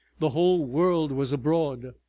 the whole world was abroad.